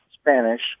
Spanish